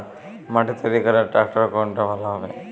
মাটি তৈরি করার ট্রাক্টর কোনটা ভালো হবে?